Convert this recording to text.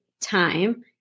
time